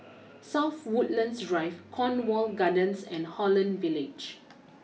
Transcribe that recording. South Woodlands Drive Cornwall Gardens and Holland Village